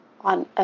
on